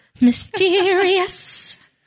Mysterious